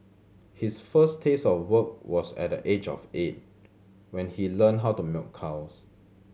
his first taste of work was at the age of eight when he learned how to milk cows